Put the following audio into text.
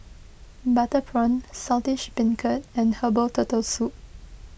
Butter Prawn Saltish Beancurd and Herbal Turtle Soup